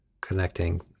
connecting